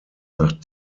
nach